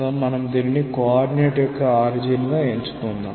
so మనం దీనిని coordinate యొక్క ఆరిజిన్ గా ఎంచుకుందాం